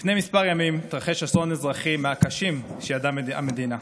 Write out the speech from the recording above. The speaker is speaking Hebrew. לפני כמה ימים התרחש אסון אזרחי מהקשים שידעה המדינה.